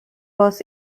was